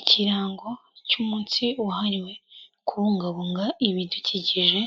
Ikirango cy'umunsi wahariwe kubungabunga ibidukikije